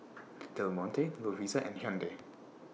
Del Monte Lovisa and Hyundai